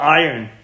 iron